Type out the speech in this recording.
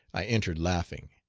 i entered laughing.